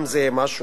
גם זה משהו.